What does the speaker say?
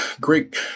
great